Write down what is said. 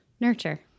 nurture